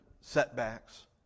setbacks